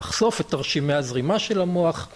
אחשוף את תרשימי הזרימה של המוח